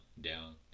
down